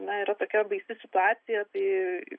na yra tokia baisi situacija tai